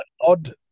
odd